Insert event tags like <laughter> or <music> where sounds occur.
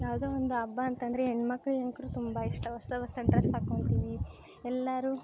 ಯಾವುದೋ ಒಂದು ಅಬ್ಬ ಅಂತ ಅಂದ್ರೆ ಹೆಣ್ಣು ಮಕ್ಳು <unintelligible> ತುಂಬ ಇಷ್ಟ ಹೊಸ ಹೊಸ ಡ್ರಸ್ ಹಾಕೊಳ್ತೀವಿ ಎಲ್ಲರೂ